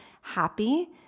happy